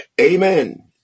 Amen